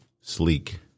sleek